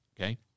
Okay